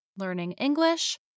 learningenglish